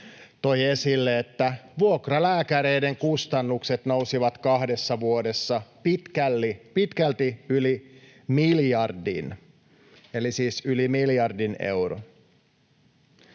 toi esille, että vuokralääkäreiden kustannukset nousivat kahdessa vuodessa pitkälti yli miljardin —